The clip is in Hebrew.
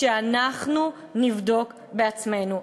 שאנחנו נבדוק בעצמנו.